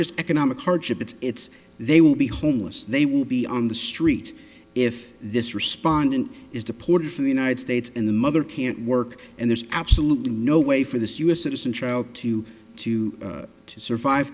just economic hardship it's it's they will be homeless they will be on the street if this respondent is deported from the united states and the mother can't work and there's absolutely no way for this u s citizen child to to survive